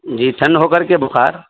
جی ٹھنڈ ہو کر کے بخار